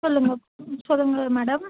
சொல்லுங்க ம் சொல்லுங்க மேடம்